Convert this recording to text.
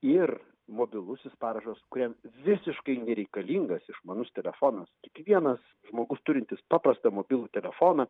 ir mobilusis parašas kuriam visiškai nereikalingas išmanus telefonas kiekvienas žmogus turintis paprastą mobilų telefoną